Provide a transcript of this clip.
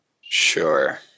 sure